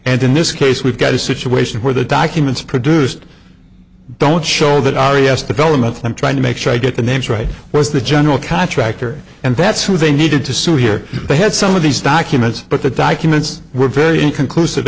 and in this case we've got a situation where the documents produced don't show that our yes development i'm trying to make sure i get the names right was the general contractor and that's who they needed to sue here they had some of these documents but the documents were very inconclusive